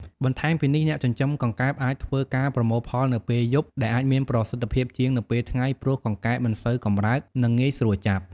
បន្ថែមពីនេះអ្នកចិញ្ចឹមកង្កែបអាចធ្វើការប្រមូលផលនៅពេលយប់ ដែលអាចមានប្រសិទ្ធភាពជាងនៅពេលថ្ងៃ ព្រោះកង្កែបមិនសូវកម្រើក និងងាយស្រួលចាប់។